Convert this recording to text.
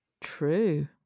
true